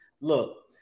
Look